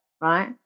right